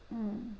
mm